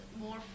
more